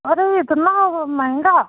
अरे इतना महंगा